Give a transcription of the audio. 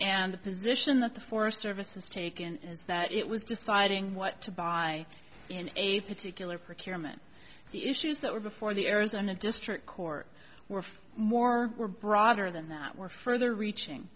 and the position that the forest service has taken is that it was deciding what to buy in a particular procurement issues that were before the arizona district court were more were broader than that were further reaching